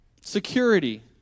security